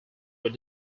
were